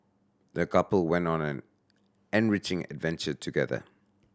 the couple went on an enriching adventure together